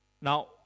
Now